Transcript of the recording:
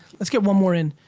let's get one more in.